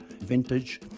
vintage